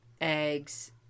eggs